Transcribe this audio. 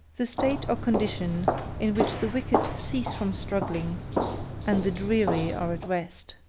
the state or condition in which the wicked cease from struggling and the dreary are at rest.